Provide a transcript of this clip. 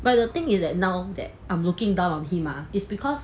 but the thing is that now that I'm looking down on him ah is because